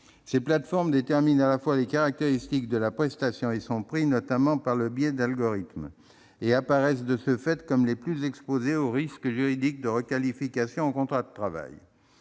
Ces plateformes déterminent à la fois les caractéristiques de la prestation et son prix, notamment par le biais d'algorithmes, et apparaissent, de ce fait, comme les plus exposées au risque juridique de requalification en contrat de travail.